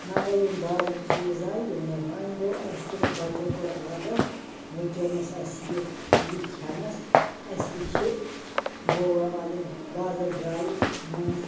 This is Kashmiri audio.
مگر یِم بازٕرٕکۍ چیٖز آیہِ یِم آیہِ ؤنۍ گوٚو اَسہِ یِمَو بَچَو کوٚر عادَت ؤنکیٚنَس اَسہِ یہِ یہِ کھیٚنَس اَسہِ تہِ چھِ گوٚو ؤنۍ عادت بازَر درایہِ مٔنٛزۍ